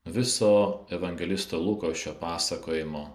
viso evangelisto luko šio pasakojimo